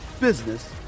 business